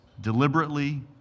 deliberately